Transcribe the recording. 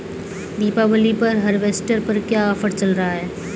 दीपावली पर हार्वेस्टर पर क्या ऑफर चल रहा है?